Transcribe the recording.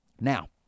Now